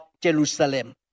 Jerusalem